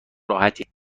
راحتی